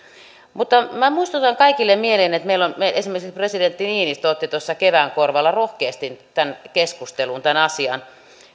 mutta minä muistutan kaikille mieliin että esimerkiksi presidentti niinistö otti tuossa kevään korvalla rohkeasti keskusteluun tämän asian